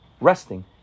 resting